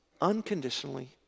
Unconditionally